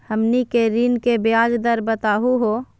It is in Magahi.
हमनी के ऋण के ब्याज दर बताहु हो?